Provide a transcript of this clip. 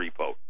repo